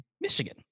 Michigan